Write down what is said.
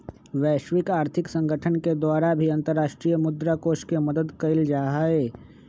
वैश्विक आर्थिक संगठन के द्वारा भी अन्तर्राष्ट्रीय मुद्रा कोष के मदद कइल जाहई